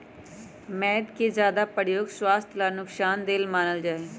मैद के ज्यादा प्रयोग स्वास्थ्य ला नुकसान देय मानल जाहई